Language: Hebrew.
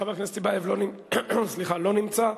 חבר הכנסת טיבייב, לא נמצא.